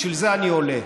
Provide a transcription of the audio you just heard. בשביל זה אני עולה.